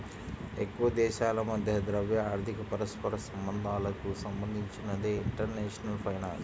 ఎక్కువదేశాల మధ్య ద్రవ్య, ఆర్థిక పరస్పర సంబంధాలకు సంబంధించినదే ఇంటర్నేషనల్ ఫైనాన్స్